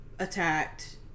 attacked